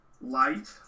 light